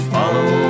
follow